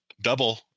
double